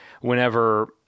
whenever